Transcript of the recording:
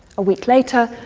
a week later,